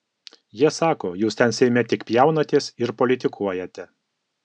jie sako jūs ten seime tik pjaunatės ir politikuojate